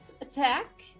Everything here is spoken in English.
attack